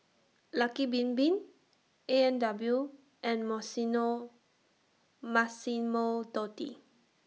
Lucky Bin Bin A and W and Massimo Dutti